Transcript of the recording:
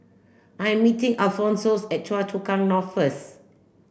I am meeting Alphonsus at Choa Chu Kang North first